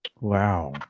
Wow